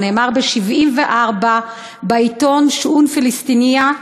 זה נאמר ב-1974 בעיתון "שאון פלסטיניה",